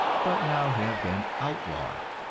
but now have been outlawed.